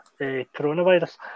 coronavirus